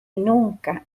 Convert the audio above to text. nunca